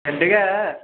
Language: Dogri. ठंड गै